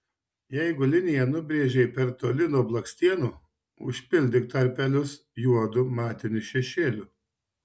jeigu liniją nubrėžei per toli nuo blakstienų užpildyk tarpelius juodu matiniu šešėliu